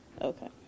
Okay